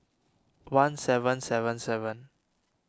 one seven seven seven